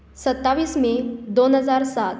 सत्तावीस मे दोन हजार सात